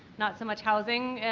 not so much housing,